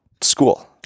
school